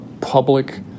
public